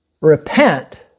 repent